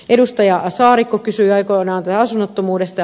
edustaja saarikko kysyi aikoinaan asunnottomuudesta